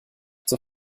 zur